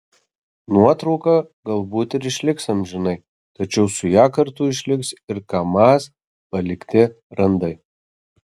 nuotrauka galbūt ir išliks amžinai tačiau su ja kartu išliks ir kamaz palikti randai